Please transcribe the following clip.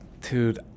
Dude